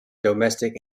domestic